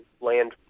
land